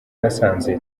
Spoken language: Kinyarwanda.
nasanze